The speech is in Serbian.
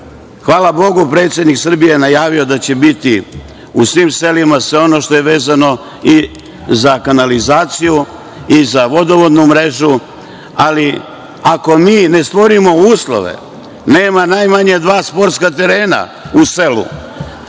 Hvala bogu, predsednik Srbije je najavio da će biti u svim selima sve ono što je vezano i za kanalizaciju i za vodovodnu mrežu. Ali, ako mi ne stvorimo uslove, da nema najmanje dva sportska terena u selu,